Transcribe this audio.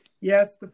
yes